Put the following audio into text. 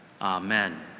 Amen